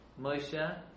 Moshe